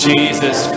Jesus